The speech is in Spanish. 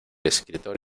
escritor